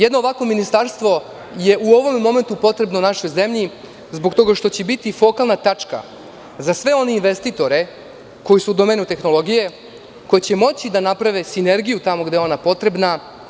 Jedno ovakvo ministarstvo je u ovom momentu potrebno našoj zemlji zbog toga što će biti i fokalna tačka za sve one investitore koji su u domenu tehnologije, koji će moći da naprave sinergiju tamo gde je ona potrebna.